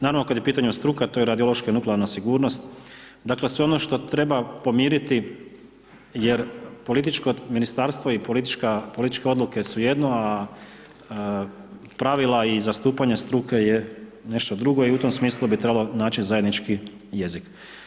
Naravno kad je u pitanju struka, to je radiološka i nuklearna sigurnost, dakle sve ono što treba pomiriti jer politička ministarstva i političke odluke su jedno a pravila i zastupanje struke je nešto drugo i u tom smislu bi trebalo naći zajednički jezik.